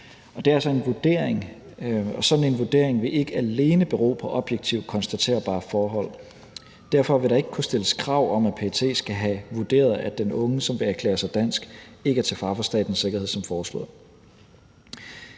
altså en vurdering, og sådan en vurdering vil ikke alene bero på objektivt konstaterbare forhold. Derfor vil der ikke som foreslået kunne stilles krav om, at PET skal have vurderet, at den unge, som vil erklære sig dansk, ikke er til fare for statens sikkerhed. Det